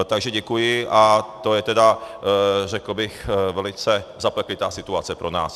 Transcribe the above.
Takže děkuji, a to je tedy, řekl bych velice zapeklitá situace pro nás.